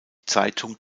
zeitung